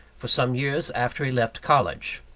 for some years after he left college.